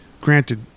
granted